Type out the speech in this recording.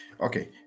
Okay